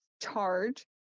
charge